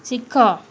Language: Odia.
ଶିଖ